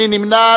מי נמנע?